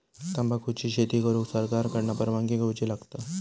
तंबाखुची शेती करुक सरकार कडना परवानगी घेवची लागता